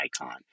icon